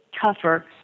tougher